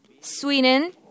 Sweden